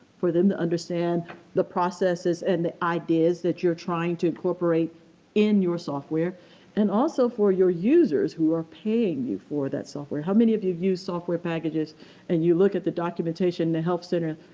for them to understand the processes and the ideas that you're trying to incorporate in your software and also for your users who are paying you for that software. how many of you use software packages and you look at the documentation in the help center,